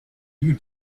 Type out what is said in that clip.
you